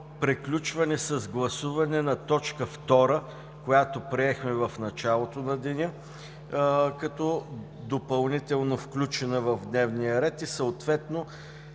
с гласуване на точка втора, която приехме в началото на деня, като допълнително включена в дневния ред и съответното